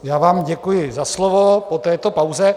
Já vám děkuji za slovo po této pauze.